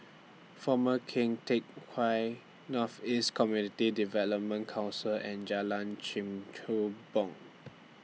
Former Keng Teck Whay North East Community Development Council and Jalan Kechubong